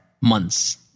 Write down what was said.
months